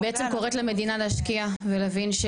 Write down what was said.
אני בעצם קוראת למדינה להשקיע ולהבין,